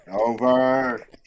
Over